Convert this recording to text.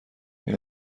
این